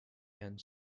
and